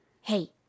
hey